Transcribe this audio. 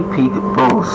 people